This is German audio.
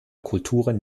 kulturen